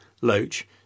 Loach